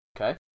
Okay